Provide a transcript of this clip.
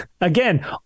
again